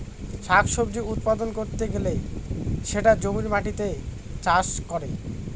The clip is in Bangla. শাক সবজি উৎপাদন করতে গেলে সেটা জমির মাটিতে চাষ করে